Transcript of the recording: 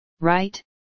right